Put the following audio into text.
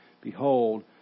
Behold